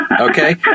okay